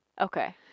Okay